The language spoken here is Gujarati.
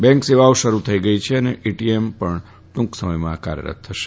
બેંક સેવાઓ શરૂ થઈ છે અને એટીએમ ટુંક સમયમાં કાર્યરત થશે